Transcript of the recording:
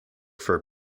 for